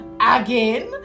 again